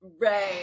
right